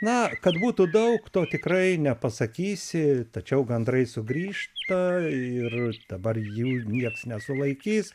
na kad būtų daug to tikrai nepasakysi tačiau gandrai sugrįžta ir dabar jų nieks nesulaikys